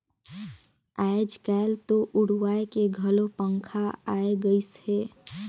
आयज कायल तो उड़वाए के घलो पंखा आये गइस हे